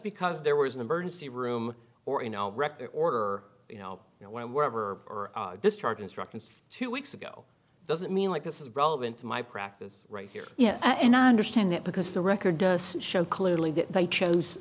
because there was an emergency room or you know or you know you know when wherever this charge instructions two weeks ago doesn't mean like this is relevant to my practice right here yeah and i understand that because the record does show clearly that they chose